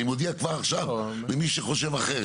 אני מודיע כבר עכשיו, למי שחושב אחרת.